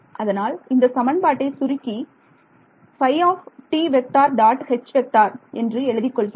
அதனால் இந்த சமன்பாட்டை சுருக்கி எழுதிக் கொள்கிறேன்